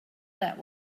that